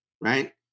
right